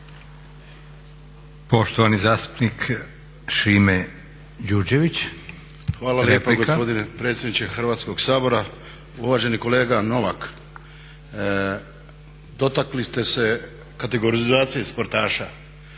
replika. **Đurđević, Šimo (HDZ)** Hvala lijepa gospodine predsjedniče Hrvatskog sabora. Uvaženi kolega Novak, dotakli ste se kategorizacije sportaša,